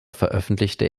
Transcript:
veröffentlichte